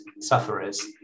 sufferers